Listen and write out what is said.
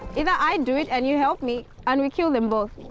either i do it and you help me, and we kill them both.